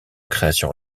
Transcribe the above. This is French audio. création